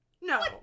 no